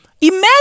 Imagine